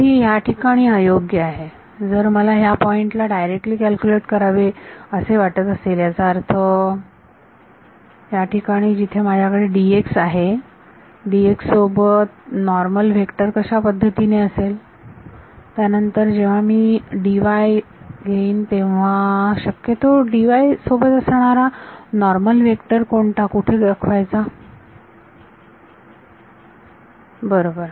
तर ही ह्या ठिकाणी अयोग्य आहे जर मला ह्या पॉइंट ला डायरेक्टली कॅल्क्युलेट करावे असे वाटत असेल याचा अर्थ याठिकाणी जिथे माझ्याकडे आहे सोबत नॉर्मल व्हेक्टर कशा पद्धतीने असेल त्यानंतर जेव्हा मी जाईन तेव्हा तेव्हा शक्यतो सोबत असणारा नॉर्मल व्हेक्टर कोणता कुठे दाखवायचा बरोबर